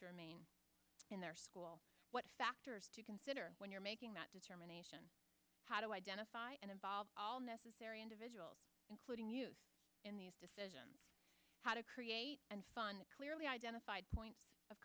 to remain in their school what factors to consider when you're making that determination to identify and involve all necessary individuals including youth in these decisions how to create and fund the clearly identified point of